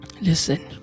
listen